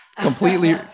Completely